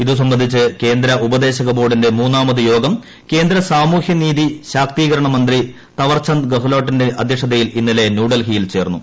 ഇതു സംബന്ധിച്ച് കേന്ദ്ര ഉപദേശക ബോർഡിന്റെ മൂന്നാമത് യോഗം സാമൂഹ്യനീതി ശാക്തീകരണ മന്ത്രി തവർചന്ദ് ഗഹ്ലോട്ടിന്റെ അധ്യക്ഷതയിൽ ഇന്നലെ ന്യൂഡൽഹിയിൽ ചേർന്നു